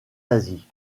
asie